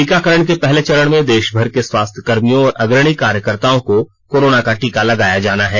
टीकाकरण के पहले चरण में देशभर के स्वास्थ्यकर्मियों और अग्रणी कार्यकर्ताओं को कोरोना का टीका लगाया जाना है